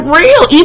real